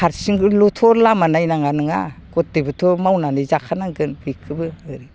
हारसिङै बोल'थ' लामा नायनाङा नङा गथेबोथ' मावनानै जाखानांगोन बेखौबो